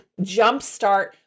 jumpstart